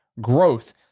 growth